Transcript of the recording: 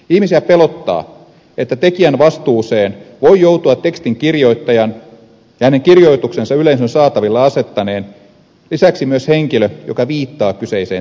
ihmisiä pelottaa että tekijän vastuuseen voi joutua tekstin kirjoittajan ja hänen kirjoituksensa yleisön saataville asettaneen lisäksi myös henkilö joka viittaa kyseiseen tekstiin